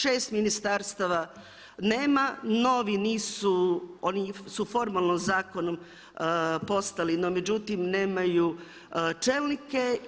6 ministarstava nema, novi nisu, oni su formalno zakonom postali, no međutim nemaju čelnike.